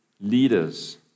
leaders